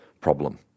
problem